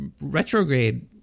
retrograde